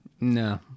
No